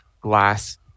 glass